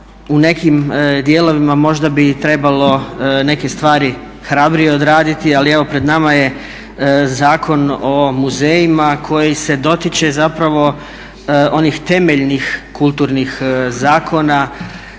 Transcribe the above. u nekim dijelovima možda bi trebalo neke stvari hrabrije odraditi, ali pred nama je Zakon o muzejima koji se dotiče onih temeljnih kulturnih zakona